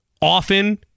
Often